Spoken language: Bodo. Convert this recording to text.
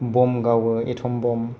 बमब गावो एटम बमब